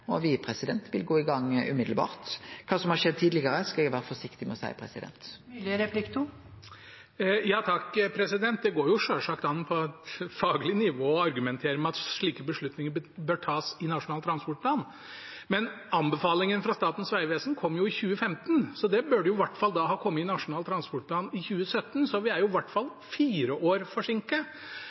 og me vil gå i gang straks. Kva som har skjedd tidlegare, skal eg vere forsiktig med å seie. Det går selvsagt an på et faglig nivå å argumentere med at slike beslutninger bør tas i Nasjonal transportplan, men anbefalingen fra Statens vegvesen kom jo i 2015, så da burde det i hvert fall ha kommet i Nasjonal transportplan i 2017. Så vi er i hvert fall fire år forsinket,